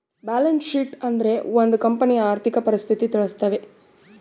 balance sheet ಅಂದ್ರೆ ಒಂದ್ ಕಂಪನಿಯ ಆರ್ಥಿಕ ಪರಿಸ್ಥಿತಿ ತಿಳಿಸ್ತವೆ